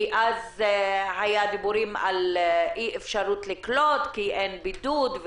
אז דיברו על זה שאי-אפשר לקלוט כי אין בידוד.